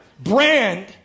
brand